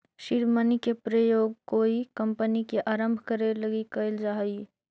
seed money के प्रयोग कोई कंपनी के आरंभ करे लगी कैल जा हई